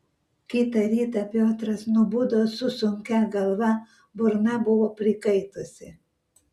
kitą rytą piotras nubudo su sunkia galva burna buvo prikaitusi